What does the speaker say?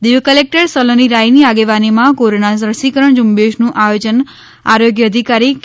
Diu collector Saloni રાયની આગેવાનીમાં corona રસીકરણ ઝુંબેશનું આયોજન આરોગ્ય અધિકારી કે